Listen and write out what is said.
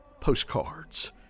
postcards